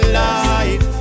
life